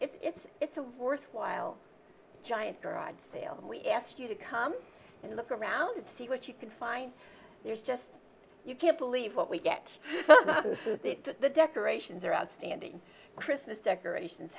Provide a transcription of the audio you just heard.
it's a worthwhile giant garage sale and we ask you to come and look around to see what you can find there's just you can't believe what we get the decorations are outstanding christmas decorations